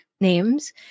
names